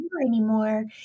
anymore